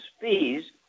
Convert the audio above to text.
fees